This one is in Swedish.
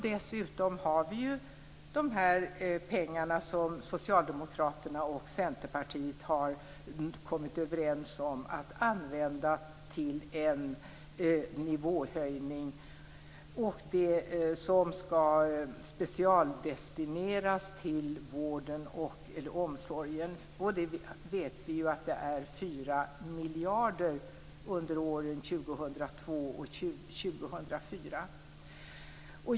Dessutom har vi de pengar som Socialdemokraterna och Centerpartiet kommit överens om att använda till en nivåhöjning och som skall specialdestineras till vården/omsorgen. Det handlar om 4 miljarder kronor under åren 2002-2004.